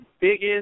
biggest